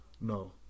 no